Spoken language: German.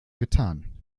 getan